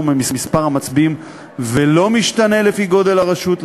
ממספר המצביעים ולא משתנה לפי גודל הרשות,